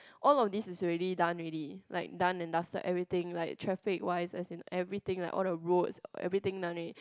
all of these is already done already like done and dusted everything like traffic wise as in everything like all the roads everything done already